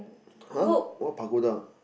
!huh! what pagoda